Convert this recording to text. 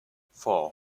four